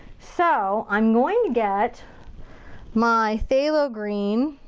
so, i'm going to get my phthalo green.